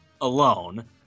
alone